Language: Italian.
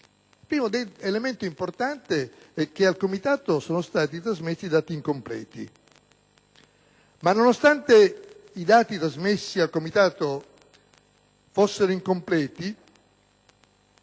Il primo è che al Comitato sono stati trasmessi dati incompleti. Nonostante i dati trasmessi al Comitato fossero incompleti,